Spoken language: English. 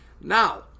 Now